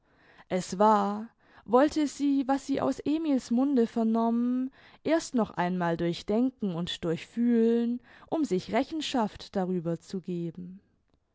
es war wollte sie was sie aus emil's munde vernommen erst noch einmal durchdenken und durchfühlen um sich rechenschaft darüber zu geben